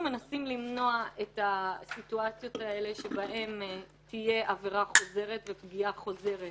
אנחנו מנסים למנוע את הסיטואציות של עבירה חוזרת ופגיעה חוזרת